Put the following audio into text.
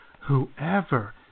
Whoever